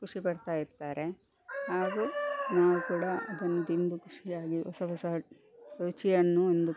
ಖುಷಿ ಪಡ್ತಾ ಇರ್ತಾರೆ ಹಾಗು ನಾವು ಕೂಡ ಅದನ್ನು ತಿಂದು ಖುಷಿಯಾಗಿ ಹೊಸ ಹೊಸ ರುಚಿಯನ್ನು ಒಂದು